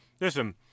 Listen